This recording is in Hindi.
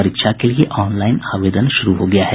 परीक्षा के लिए ऑनलाईन आवेदन शुरू हो गया है